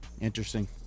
interesting